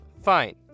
Fine